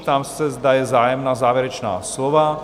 Ptám se, zda je zájem o závěrečná slova?